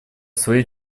своей